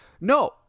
no